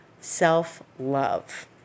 self-love